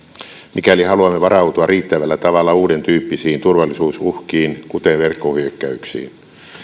mikäli haluamme varautua riittävällä tavalla uudentyppisiin turvallisuusuhkiin kuten verkkohyökkäyksiin